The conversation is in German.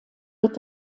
wird